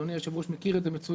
אדוני היושב ראש מכיר את זה מצוין.